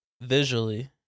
visually